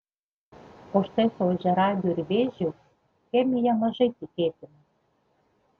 o štai su ožiaragiu ir vėžiu chemija mažai tikėtina